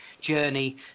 journey